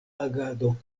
agado